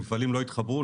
המפעלים לא התחברו.